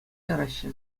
яраҫҫӗ